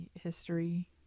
history